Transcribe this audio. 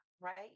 Right